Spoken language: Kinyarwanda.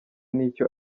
n’icyo